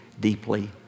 deeply